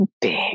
big